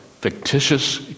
fictitious